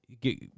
get